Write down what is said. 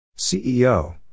CEO